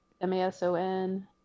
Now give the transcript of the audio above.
m-a-s-o-n